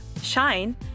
shine